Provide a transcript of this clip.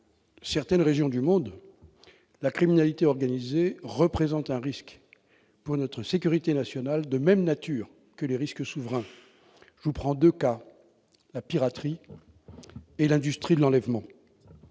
dans certaines régions du monde, la criminalité organisée représente un risque pour notre sécurité nationale de même nature que les risques souverains. Ainsi, la piraterie et l'industrie de l'enlèvement